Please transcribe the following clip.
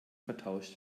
vertauscht